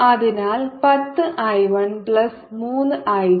അതിനാൽ 10 I 1 plus 3 I 2